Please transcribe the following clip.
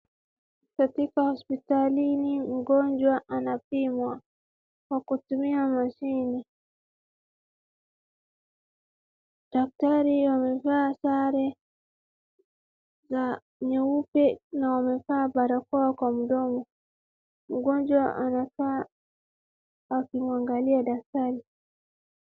Katika hospitalini mgonjwa anapimwa kwa kutumia machine .Daktari amevaa sare za nyeupe na amevaa barakoa kwa mdomo. Mgonjwa anakaa akimwangalia daktari.